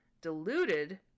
diluted